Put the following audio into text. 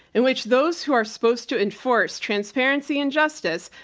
in which those who are supposed to enforce transparency and justice,